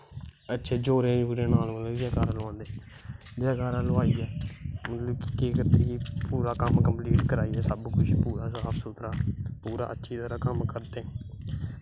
जोरैं जोरैं जैकारा लोआंदे जैकारा लोआईयै मतलव की केह् करदे कि पूरा कम्म करवाईयै पूरा अच्छी तरां कम्म करदे